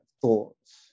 thoughts